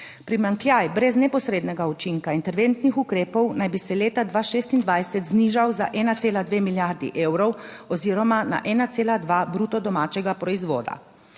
Primanjkljaj brez neposrednega učinka interventnih ukrepov naj bi se leta 2026 znižal za 1,2 milijardi evrov oziroma na 1,2 bruto domačega proizvoda.